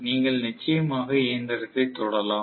நீங்கள் நிச்சயமாக இயந்திரத்தைத் தொடலாம்